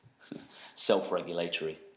self-regulatory